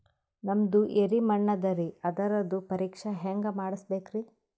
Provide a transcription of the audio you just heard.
ನಮ್ದು ಎರಿ ಮಣ್ಣದರಿ, ಅದರದು ಪರೀಕ್ಷಾ ಹ್ಯಾಂಗ್ ಮಾಡಿಸ್ಬೇಕ್ರಿ?